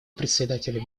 председателя